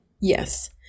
Yes